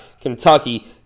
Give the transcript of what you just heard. Kentucky